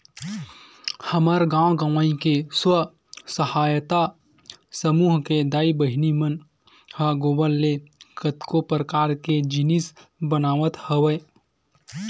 हमर गाँव गंवई के स्व सहायता समूह के दाई बहिनी मन ह गोबर ले कतको परकार के जिनिस बनावत हवय